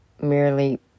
merely